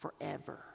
forever